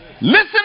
Listen